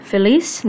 Feliz